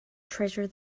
treasure